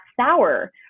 sour